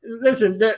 listen